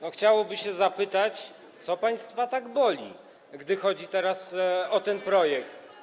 No, chciałoby się zapytać, co państwa tak boli, gdy chodzi o ten projekt.